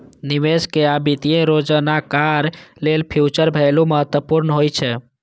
निवेशक आ वित्तीय योजनाकार लेल फ्यूचर वैल्यू महत्वपूर्ण होइ छै